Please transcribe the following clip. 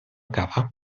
cava